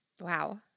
wow